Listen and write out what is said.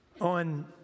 On